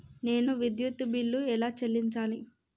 నేను విద్యుత్ బిల్లు ఎలా చెల్లించాలి?